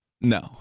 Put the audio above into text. No